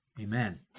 Amen